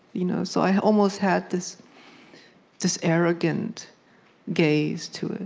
you know so i almost had this this arrogant gaze to it.